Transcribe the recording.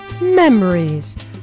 Memories